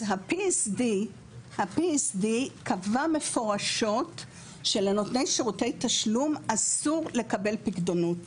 אז ה-PSD קבע מפורשות שלנותני שירותי תשלום אסור לקבל פיקדונות.